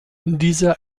dieser